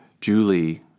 Julie